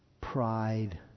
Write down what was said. pride